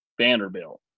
Vanderbilt